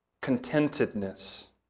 contentedness